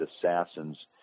assassins